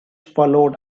followed